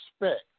respect